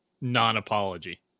non-apology